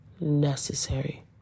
necessary